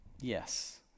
Yes